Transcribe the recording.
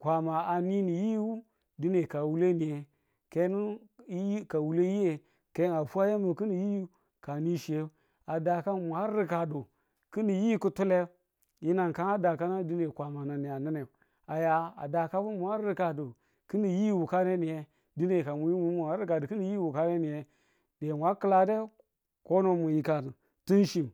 kwama a nini yiwu dine kawule niye ke nu yi ka wule yi ke a fwa yemu ki̱nin yi ka ni chiye a dakan mun mwa rikadu ki̱nin yi kutule yi̱nang kan a dakanang dine Kwama nan ni a ninne a ya a dakabu mun mwa rikadu ki̱nin yi wukane niye, dine ka mun ya mu rikadi ki̱nin yi wuka ne niye ye mwa kilade, kono ng yika timchi